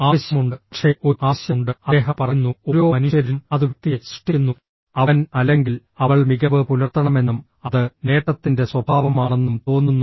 ആവശ്യമുണ്ട് പക്ഷേ ഒരു ആവശ്യമുണ്ട് അദ്ദേഹം പറയുന്നു ഓരോ മനുഷ്യരിലും അത് വ്യക്തിയെ സൃഷ്ടിക്കുന്നു അവൻ അല്ലെങ്കിൽ അവൾ മികവ് പുലർത്തണമെന്നും അത് നേട്ടത്തിന്റെ സ്വഭാവമാണെന്നും തോന്നുന്നു